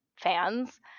fans